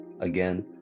Again